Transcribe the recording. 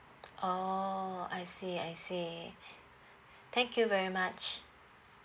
oh I see I see thank you very much